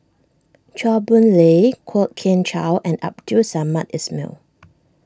Chua Boon Lay Kwok Kian Chow and Abdul Samad Ismail